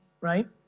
right